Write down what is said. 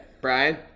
Brian